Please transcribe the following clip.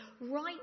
right